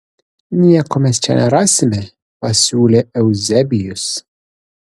nieko mes čia nerasime pasiūlė euzebijus